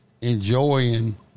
enjoying